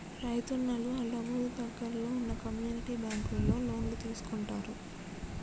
రైతున్నలు ఆళ్ళ ఊరి దగ్గరలో వున్న కమ్యూనిటీ బ్యాంకులలో లోన్లు తీసుకుంటారు